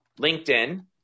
LinkedIn